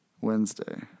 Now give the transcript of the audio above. Wednesday